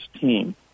team